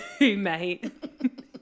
mate